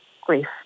grief